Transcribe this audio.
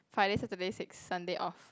Friday Saturday six Sunday off